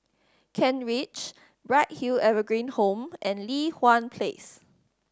Kent Ridge Bright Hill Evergreen Home and Li Hwan Place